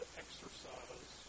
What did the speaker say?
exercise